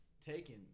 taken